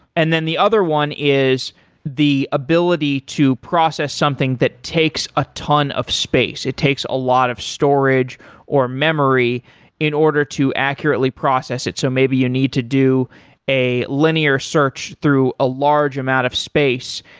and then the other one is the ability to process something that takes a ton of space. it takes a lot of storage or memory in order to accurately process it. so maybe you need to do a linear search through a large amount of space,